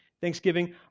thanksgiving